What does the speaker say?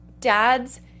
dad's